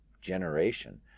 generation